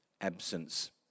absence